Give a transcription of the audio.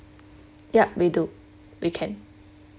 yup we do we can